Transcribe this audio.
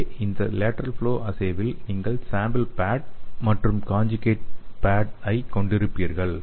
இங்கே இந்த lateral flow அஸ்ஸேவில் நீங்கள் சேம்பிள் பேட் மற்றும் கான்ஜுகேட் பேட்ஐ கொண்டிருப்பீர்கள்